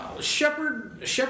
Shepard